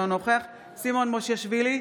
אינו נוכח סימון מושיאשוילי,